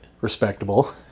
respectable